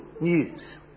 news